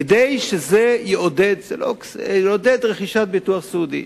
כדי שזה יעודד רכישת ביטוח סיעודי.